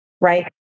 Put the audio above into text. right